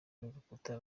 n’urukuta